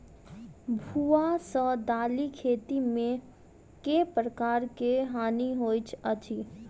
भुआ सँ दालि खेती मे केँ प्रकार केँ हानि होइ अछि?